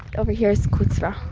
over here is kusra.